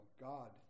God